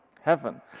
heaven